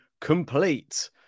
complete